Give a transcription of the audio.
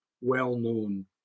Well-known